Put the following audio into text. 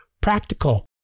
practical